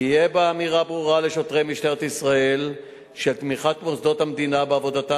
יהיה בו אמירה ברורה לשוטרי משטרת ישראל על תמיכת מוסדות המדינה בעבודתם